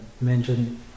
mention